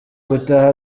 gutaha